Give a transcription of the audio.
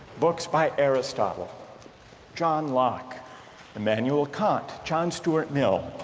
books by aristotle john locke emanuel kant, john stuart mill,